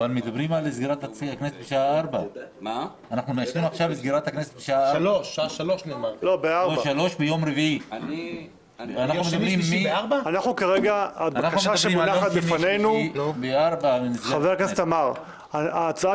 אבל מדברים על סגירת הכנסת בשעה 16. כרגע ההצעה